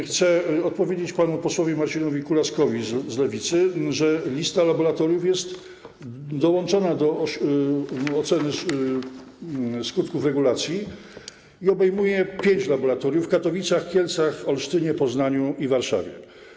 Chcę odpowiedzieć panu posłowi Marcinowi Kulaskowi z Lewicy, że lista laboratoriów jest dołączona do oceny skutków regulacji i obejmuje pięć laboratoriów: w Katowicach, w Kielcach, w Olsztynie, w Poznaniu i w Warszawie.